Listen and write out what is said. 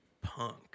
Punk